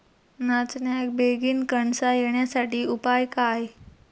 नाचण्याक बेगीन कणसा येण्यासाठी उपाय काय?